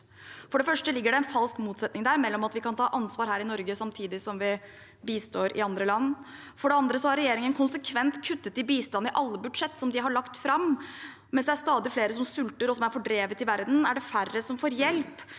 For det første ligger det en falsk motsetning der mellom at vi ikke kan ta ansvar her i Norge samtidig som vi bistår i andre land. For det andre har regjeringen konsekvent kuttet i bistand i alle budsjett de har lagt fram. Mens det er stadig flere som sulter og som er fordrevet i verden, er det færre som får hjelp